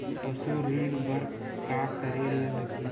पशु ऋण बर का करे ला लगही?